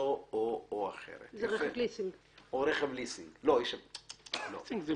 חצי שני של